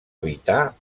evitar